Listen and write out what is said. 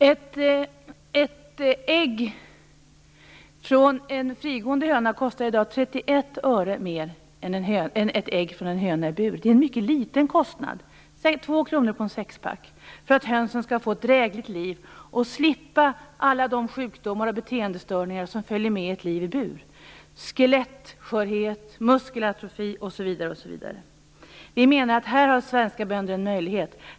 Ett ägg från en frigående höna kostar i dag 31 öre mer än ett ägg från en höna i bur. Det är en mycket liten kostnad - två kronor på en förpackning med sex ägg - för att hönsen skall få ett drägligt liv och slippa alla de sjukdomar och beteendestörningar som följer med ett liv i bur. Det gäller skelettskörhet, muskelatrofi osv. Vi i Miljöpartiet menar att svenska bönder har en möjlighet i detta.